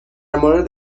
مورد